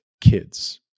kids